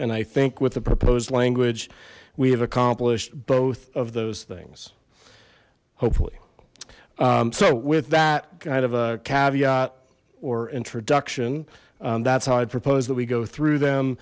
and i think with the proposed language we have accomplished both of those things hopefully so with that kind of a caveat or introduction that's how i propose that we go through them